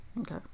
Okay